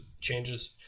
changes